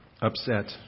upset